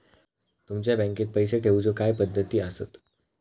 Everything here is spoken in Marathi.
तुमच्या बँकेत पैसे ठेऊचे काय पद्धती आसत?